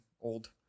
old